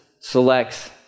selects